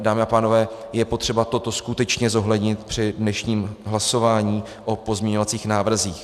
Dámy a pánové, je potřeba toto skutečně zohlednit při dnešním hlasování o pozměňovacích návrzích.